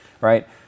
Right